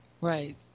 right